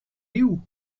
you